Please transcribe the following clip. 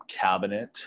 cabinet